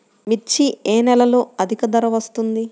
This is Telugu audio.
మిర్చి ఏ నెలలో అధిక ధర వస్తుంది?